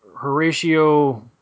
Horatio